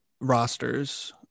rosters